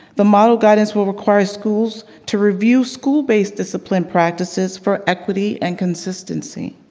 the model guidance will require schools to review school based discipline practices for equity and consistency.